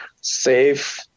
safe